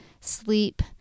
sleep